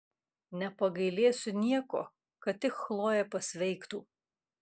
nepagailėsiu nieko kad tik chlojė pasveiktų